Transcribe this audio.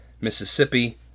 Mississippi